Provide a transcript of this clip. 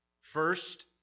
First